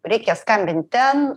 reikia skambint ten